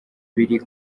biri